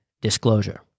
disclosure